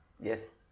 Yes